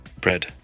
Bread